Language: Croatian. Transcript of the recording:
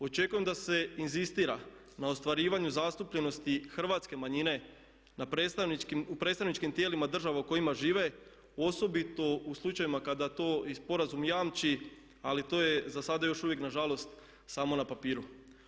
Očekujem da se inzistira na ostvarivanju zastupljenosti hrvatske manjine na predstavničkim, u predstavničkim tijelima država u kojima žive osobito u slučajevima kada to i sporazum jamči, ali to je za sada još uvijek na žalost samo na papiru.